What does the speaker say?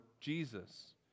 Jesus